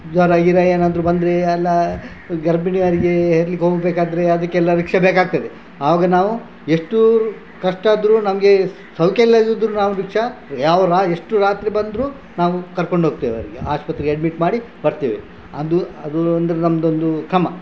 ಜ್ವರ ಗಿರ ಏನಾದರೂ ಬಂದರೆ ಎಲ್ಲ ಗರ್ಭಿಣಿಯರಿಗೆ ಹೆರಲಿಕ್ಕೆ ಹೋಗಬೇಗ್ಬೇಕಾದ್ರೆ ಅದಕ್ಕೆಲ್ಲ ರಿಕ್ಷಾ ಬೇಕಾಗ್ತದೆ ಆವಾಗ ನಾವು ಎಷ್ಟು ಕಷ್ಟ ಆದರೂ ನಮಗೆ ಸೌಖ್ಯ ಇಲ್ಲದಿದ್ದರೂ ನಾವು ರಿಕ್ಷಾ ಯಾವು ರಾ ಎಷ್ಟು ರಾತ್ರಿ ಬಂದರೂ ನಾವು ಕರ್ಕೊಂಡು ಹೋಗ್ತೇವೆ ಅವರಿಗೆ ಆಸ್ಪತ್ರೆ ಅಡ್ಮಿಟ್ ಮಾಡಿ ಬರ್ತೇವೆ ಅದು ಅದು ಅಂದರೆ ನಮ್ಮದೊಂದು ಕ್ರಮ